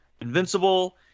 *Invincible*